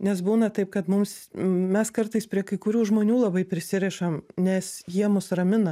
nes būna taip kad mums mes kartais prie kai kurių žmonių labai prisirišam nes jie mus ramina